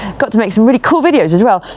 got to make some really cool videos as well.